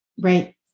Right